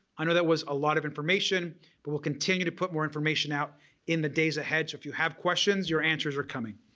i know that was a lot of information but we'll continue to put more information out in the days ahead so if you have questions, your answers are coming.